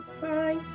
Bye